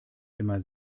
immer